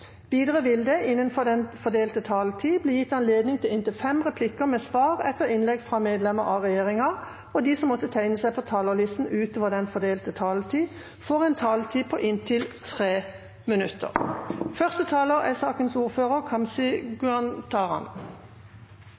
Videre vil det – innenfor den fordelte taletid – bli gitt anledning til inntil fem replikker med svar etter innlegg fra medlemmer av regjeringen, og de som måtte tegne seg på talerlisten utover den fordelte taletid, får en taletid på inntil 3 minutter.